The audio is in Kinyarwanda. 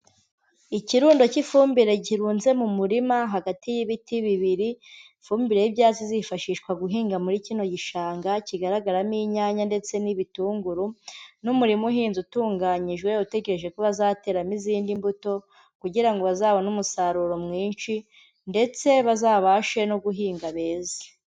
Ikirundo cy'ifumbire kirunze mu murima hagati y'ibiti bibiri, ifumbire y'ibyatsi izifashishwa guhinga muri kino gishanga kigaragaramo inyanya ndetse n'ibitunguru n'umurima uhinze utunganyijwe utegereje ko bazateramo izindi mbuto, kugira ngo bazabone umusaruro mwinshi ndetse bazabashe no guhinga beze.